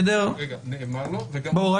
נאמר לו וגם